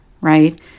Right